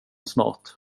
snart